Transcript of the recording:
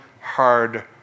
hard